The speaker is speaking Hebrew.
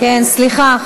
סליחה,